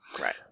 right